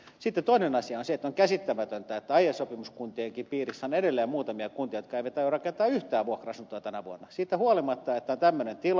sitten toinen asia on se että on käsittämätöntä että aiesopimuskuntienkin piirissä on edelleen muutamia kuntia jotka eivät aio rakentaa yhtään vuokra asuntoa tänä vuonna siitä huolimatta että on tämmöinen tila